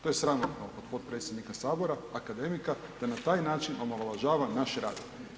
To je sramotno od potpredsjednika Sabora, akademika da na taj način omalovažava naš rad.